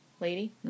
lady